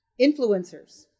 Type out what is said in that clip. influencers